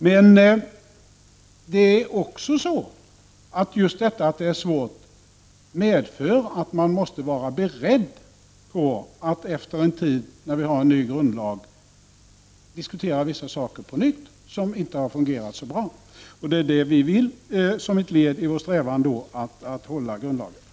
Men detta att det är svårt medför att man måste vara beredd att efter en tid diskutera vissa saker på nytt, saker som inte har fungerat så bra. Det är det vi vill som ett led i vår strävan att hålla grundlagen fräsch.